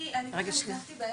לא לחכות להכרה.